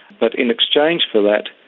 but in exchange for that,